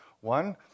one